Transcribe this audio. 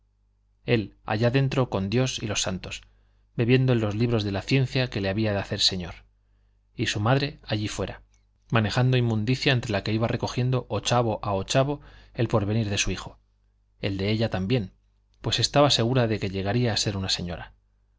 él allá dentro con dios y los santos bebiendo en los libros de la ciencia que le había de hacer señor y su madre allí fuera manejando inmundicia entre la que iba recogiendo ochavo a ochavo el porvenir de su hijo el de ella también pues estaba segura de que llegaría a ser una señora